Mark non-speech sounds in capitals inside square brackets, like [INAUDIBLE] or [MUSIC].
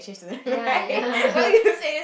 ya ya [LAUGHS]